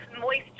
moist